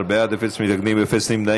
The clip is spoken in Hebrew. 17 בעד, אפס מתנגדים, אפס נמנעים.